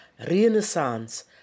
Renaissance